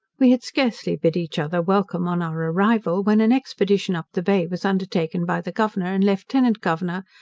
we had scarcely bid each other welcome on our arrival, when an expedition up the bay was undertaken by the governor and lieutenant-governor,